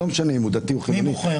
לא משנה אם הוא דתי או חילוני --- מי בוחר?